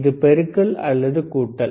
இது பெருக்கல் அல்லது கூட்டல்